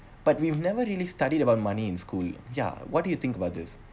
but we've never really studied about money in school ya what do you think about this